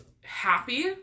happy